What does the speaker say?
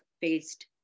faced